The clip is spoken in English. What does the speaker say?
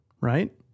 right